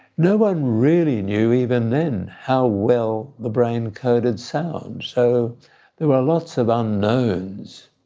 no one really knew even then how well the brain coded sound. so there were lots of unknowns.